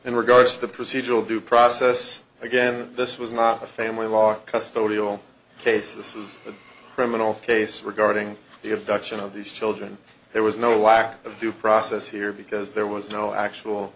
in regards to procedural due process again this was not a family law custody all case this was a criminal case regarding the abduction of these children there was no lack of due process here because there was no actual